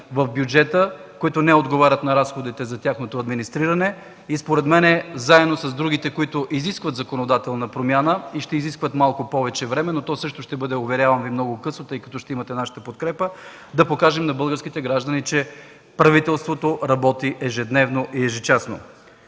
в бюджета, които не отговарят на разходите за тяхното администриране и, според мен, заедно с другите, които изискват законодателна промяна и ще изискват малко повече време, но то също, уверявам Ви, ще бъде също много късно, но ще имате нашата подкрепа, да покажем на българските граждани, че правителството работи ежедневно и ежечасно.